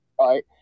right